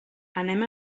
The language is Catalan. anem